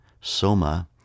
soma